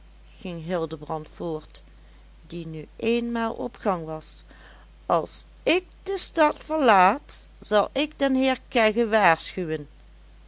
ging hildebrand voort die nu eenmaal op gang was als ik de stad verlaat zal ik den heer kegge waarschuwen